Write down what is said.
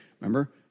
Remember